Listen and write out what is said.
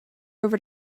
over